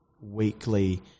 weekly